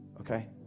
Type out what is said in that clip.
okay